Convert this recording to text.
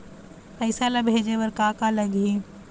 पैसा ला भेजे बार का का लगही?